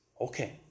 Okay